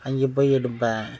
அங்கே போய் எடுப்பேன்